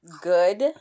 good